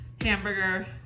hamburger